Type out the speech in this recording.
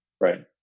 right